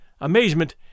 amazement